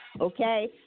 Okay